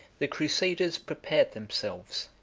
the crusaders prepared themselves,